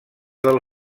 del